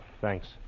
Thanks